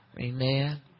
amen